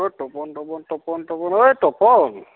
তপণ তপণ তপণ তপণ অই তপণ